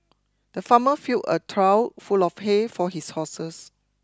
the farmer filled a trough full of hay for his horses